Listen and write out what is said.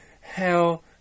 Hell